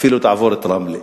אפילו תעבור את רמלה.